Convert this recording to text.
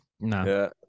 no